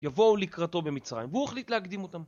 יבואו לקראתו במצרים והוא החליט להקדים אותם